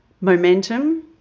momentum